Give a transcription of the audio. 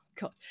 God